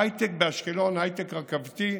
הייטק באשקלון, הייטק רכבתי,